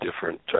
different